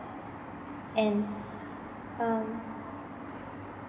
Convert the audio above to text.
and um there